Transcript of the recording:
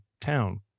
town